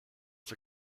der